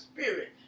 spirit